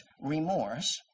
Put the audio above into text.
remorse